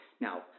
Now